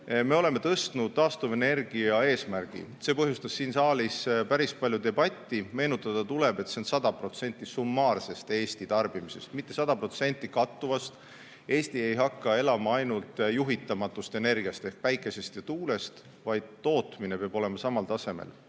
Me oleme tõstnud taastuvenergia eesmärgiga [seotud ambitsiooni], see on põhjustanud siin saalis päris palju debatti. Meenutada tuleb, et see on 100% summaarsest Eesti tarbimisest, mitte 100% kattuvast. Eesti ei hakka elama ainult juhitamatust energiast ehk päikesest ja tuulest, vaid tootmine peab olema samal tasemel.